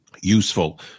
useful